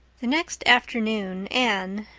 the next afternoon anne,